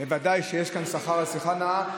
בוודאי שיש כאן שכר על שיחה נאה,